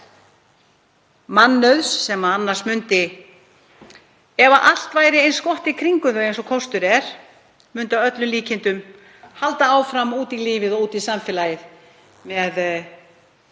mannauðs sem annars myndi, ef allt væri eins gott í kringum þau eins og kostur er, að öllum líkindum halda áfram út í lífið, út í samfélagið með